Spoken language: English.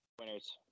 Winners